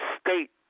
state